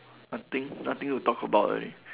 nothing nothing to talk about already